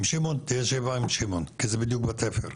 תהיה ישיבה עם שמעון כי זה בדיוק בתפר,